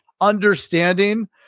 understanding